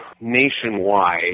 nationwide